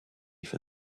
for